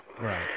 Right